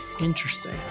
Interesting